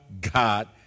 God